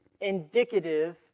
indicative